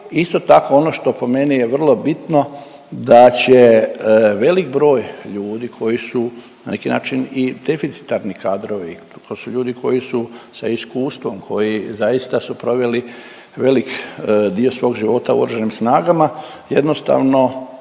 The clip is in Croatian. isto tako ono što po meni je vrlo bitno, da će velik broj ljudi koji su na neki način i deficitarni kadrovi. To su ljudi koji su sa iskustvom, koji zaista su proveli velik dio svog života u oružanim snagama, jednostavno